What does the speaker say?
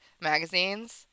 magazines